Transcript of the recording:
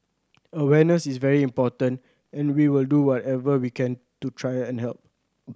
awareness is very important and we will do whatever we can to try and help